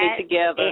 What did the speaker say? together